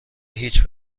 هیچ